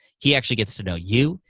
he actually gets to know you,